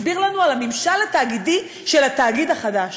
מסביר לנו על הממשל התאגידי של התאגיד החדש.